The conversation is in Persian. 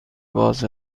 باز